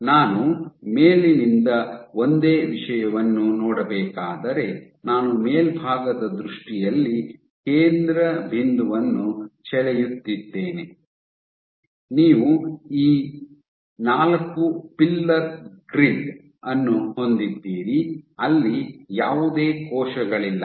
ನಾನು ಮೇಲಿನಿಂದ ಒಂದೇ ವಿಷಯವನ್ನು ನೋಡಬೇಕಾದರೆ ನಾನು ಮೇಲ್ಭಾಗದ ದೃಷ್ಟಿಯಲ್ಲಿ ಕೇಂದ್ರ ಬಿಂದುವನ್ನು ಸೆಳೆಯುತ್ತಿದ್ದೇನೆ ನೀವು ಈ ನಾಲ್ಕು ಪಿಲ್ಲರ್ ಗ್ರಿಡ್ ಅನ್ನು ಹೊಂದಿದ್ದೀರಿ ಅಲ್ಲಿ ಯಾವುದೇ ಕೋಶಗಳಿಲ್ಲ